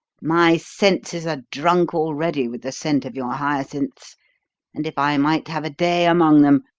my senses are drunk already with the scent of your hyacinths and if i might have a day among them,